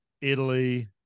Italy